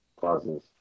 causes